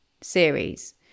series